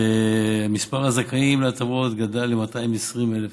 ומספר הזכאים להטבות גדל ל-220,000 זכאים.